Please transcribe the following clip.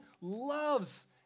loves